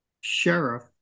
Sheriff